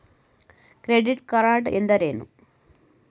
Credit card ಎಂದರೇನು?